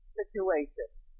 situations